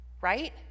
right